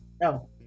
No